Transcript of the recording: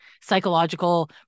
psychological